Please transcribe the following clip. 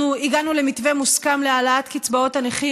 אנחנו הגענו למתווה מוסכם להעלאת קצבאות הנכים,